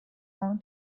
own